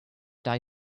die